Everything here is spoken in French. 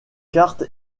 cartes